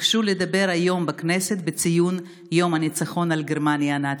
ביקשו לדבר היום בכנסת בציון יום הניצחון על גרמניה הנאצית.